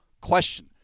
question